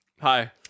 Hi